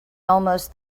almost